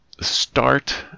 start